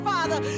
Father